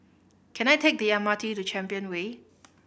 can I take the M R T to Champion Way